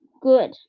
Good